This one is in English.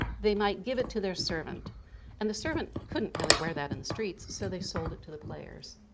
they might give it to their servant and the servant couldn't really wear that in the streets so they sold it to the players.